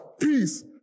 peace